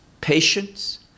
patience